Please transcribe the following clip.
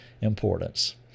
importance